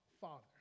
Father